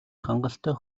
хангалттай